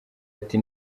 ati